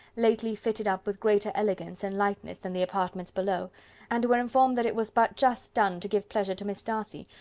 lately fitted up with greater elegance and lightness than the apartments below and were informed that it was but just done to give pleasure to miss darcy,